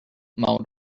mode